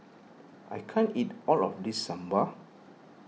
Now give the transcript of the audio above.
I can't eat all of this Sambar